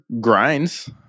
grinds